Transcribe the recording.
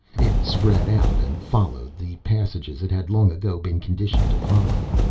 it spread out and followed the passages it had long ago been conditioned to follow,